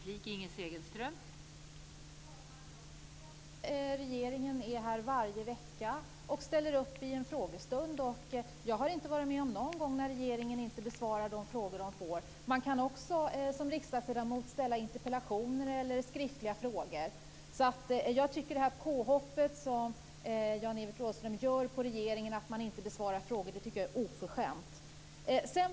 Fru talman! Regeringen är här varje vecka och ställer upp i en frågestund. Jag har inte en enda gång varit med om att regeringen inte besvarar de frågor som den får. Man kan också som riksdagsledamot ställa interpellationer och skriftliga frågor. Jag tycker därför att det påhopp som Jan-Evert Rådhström gör på regeringen för att den inte skulle besvara frågor är oförskämt.